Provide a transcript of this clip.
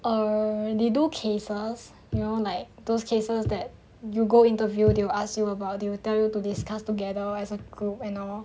err they do cases you know like those cases that you go interview they will ask you about they will tell you to discuss together as a group and and all